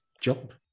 job